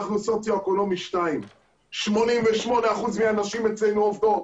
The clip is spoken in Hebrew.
אנחנו סוציו-אקונומי 2. 88% מהנשים אצלנו עובדות.